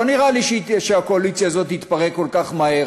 לא נראה לי שהקואליציה הזאת תתפרק כל כך מהר,